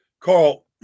Carl